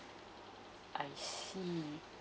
I see